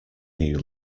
new